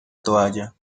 toalla